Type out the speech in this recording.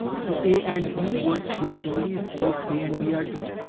so a and b holds true only if both a and b are true.